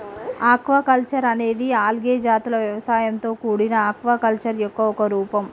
aquaculture అనేది algae జాతుల వ్యవసాయంతో కూడిన ఆక్వాకల్చర్ యొక్క ఒక రూపం